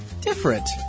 different